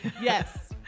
Yes